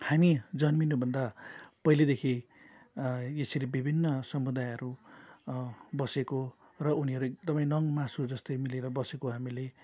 हामी जन्मिनु भन्दा पहिलैदेखि यसरी विभिन्न समुदायहरू बसेको र उनीहरू एकदम नङ मासु जस्तै मिलेर बसेको हामीले